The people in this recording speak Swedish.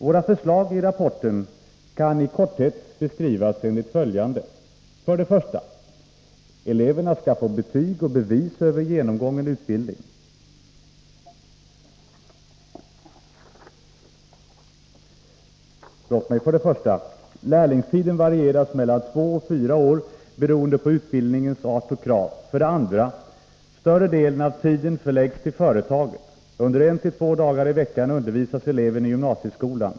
Våra förslag i rapporten kan i korthet beskrivas enligt följande: 1. Lärlingstiden varieras mellan två och fyra år beroende på utbildningens art och krav. 2. Större delen av tiden förläggs till företaget. Under en till två dagar i veckan undervisas eleven i gymnasieskolan.